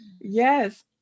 Yes